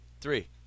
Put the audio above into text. Three